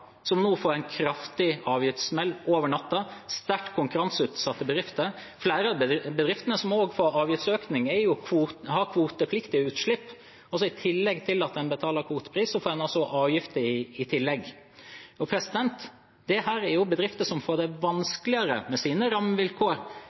som nå får en kraftig avgiftssmell over natten. Det er sterkt konkurranseutsatte bedrifter. Flere av bedriftene som også får avgiftsøkning, har kvotepliktige utslipp, og i tillegg til at en betaler kvotepris, får en altså avgifter. Dette er bedrifter som med sine rammevilkår, når de får en slik uforutsigbarhet fra regjeringen, får det